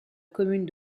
commune